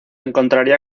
encontraría